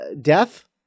death